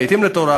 קבע עתים לתורה,